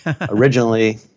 originally